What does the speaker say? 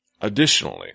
additionally